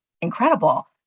incredible